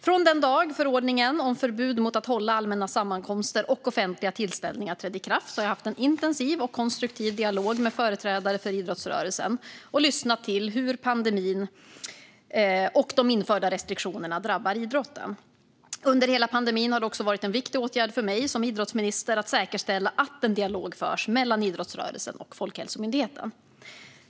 Från den dag förordningen om förbud mot att hålla allmänna sammankomster och offentliga tillställningar trädde i kraft har jag haft en intensiv och konstruktiv dialog med företrädare för idrottsrörelsen och har lyssnat till hur pandemin och de införda restriktionerna drabbar idrotten. Under hela pandemin har det också varit viktigt för mig som idrottsminister att säkerställa att en dialog förs mellan idrottsrörelsen och Folkhälsomyndigheten.